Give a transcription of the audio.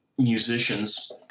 Musicians